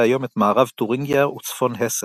היום את מערב תורינגיה וצפון הסן.